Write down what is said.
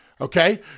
Okay